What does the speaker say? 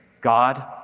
God